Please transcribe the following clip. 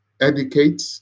educate